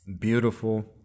beautiful